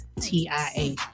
TIA